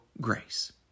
grace